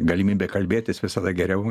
galimybė kalbėtis visada geriau